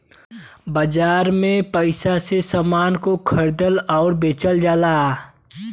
बाजार में पइसा से समान को खरीदल आउर बेचल जाला